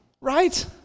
Right